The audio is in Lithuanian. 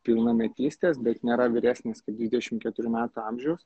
pilnametystės bet nėra vyresnis kaip dvidešim keturių metų amžiaus